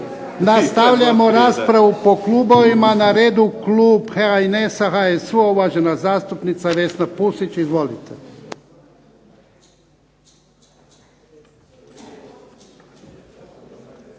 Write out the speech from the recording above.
Nastavljamo raspravu po klubovima. Na redu klub HNS-a, HSU-a uvažena zastupnica Vesna Pusić. Izvolite.